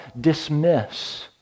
dismiss